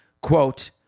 quote